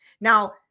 Now